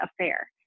affair